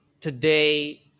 today